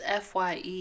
FYE